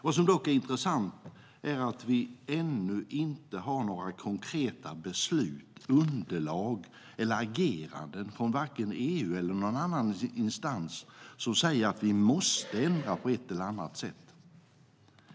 Vad som är intressant är dock att det ännu inte finns några konkreta beslut, underlag eller ageranden från vare sig EU eller någon annan instans som säger att vi måste ändra på den.